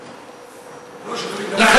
שוטרים, טרוריסטים.